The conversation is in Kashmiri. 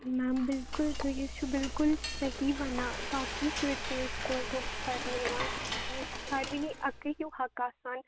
میم بلکل تُہی حظ چھیٚو بلکل صحیح وَنان باقٕے شُرۍ تہِ حظ ٲسۍ تور بُکٕس پَرنہِ یِوان ییٚیہِ حظ چھُ سارِنٕی اَکٕے ہیٚو حَق آسان